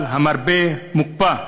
אבל המרפא מוקפא,